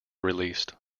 released